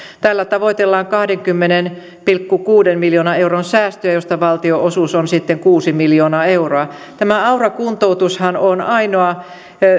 tällä tavoitellaan kahdenkymmenen pilkku kuuden miljoonan euron säästöjä joista valtion osuus on sitten kuusi miljoonaa euroa tämä aura kuntoutushan on ainoa